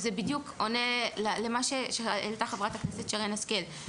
וזה בדיוק עונה למה שהעלתה חברת הכנסת שרן השכל,